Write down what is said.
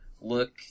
look